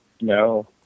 No